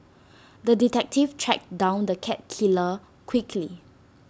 the detective tracked down the cat killer quickly